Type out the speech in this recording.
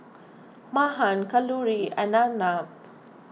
Mahan Kalluri and Arnab